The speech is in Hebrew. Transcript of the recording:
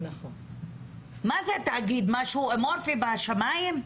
מה זה התאגיד, משהו אמורפי בשמים?